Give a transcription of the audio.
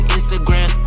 Instagram